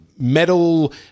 metal